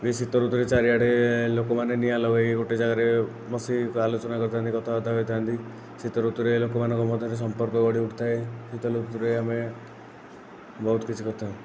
ବି ଶୀତ ଋତୁରେ ଚାରିଆଡ଼େ ଲୋକମାନେ ନିଆଁ ଲଗାଇ ଗୋଟିଏ ଜାଗାରେ ବସି ଆଲୋଚନା କରିଥାନ୍ତି କଥାବାର୍ତ୍ତା ହୋଇଥାଆନ୍ତି ଶୀତ ଋତୁରେ ଲୋକମାନଙ୍କ ମଧ୍ୟରେ ସମ୍ପର୍କ ଗଢ଼ି ଉଠିଥାଏ ଶୀତ ଋତୁରେ ଆମେ ବହୁତ କିଛି କରିଥାଉ